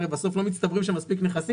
הרי בסוף לא מצטברים שם מספיק נכסים